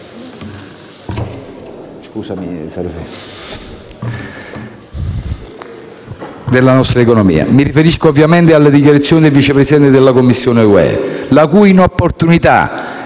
della nostra economia. Mi riferisco ovviamente alle dichiarazioni del Vice Presidente della Commissione europea, la cui inopportunità